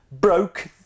broke